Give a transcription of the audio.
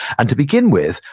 and to begin with,